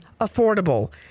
affordable